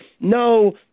no